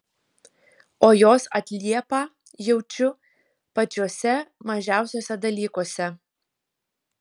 o jos atliepą jaučiu pačiuose mažiausiuose dalykuose